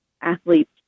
athletes